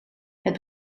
het